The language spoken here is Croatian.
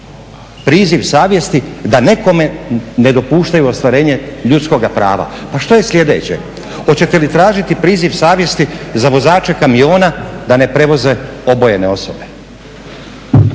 Priziv savjesti da nekome ne dopuštaju ostvarenje ljudskoga prava. Pa što je sljedeće? Hoćete li tražiti priziv savjesti za vozače kamiona da ne prevoze obojene osobe?